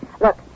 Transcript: Look